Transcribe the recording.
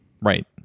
right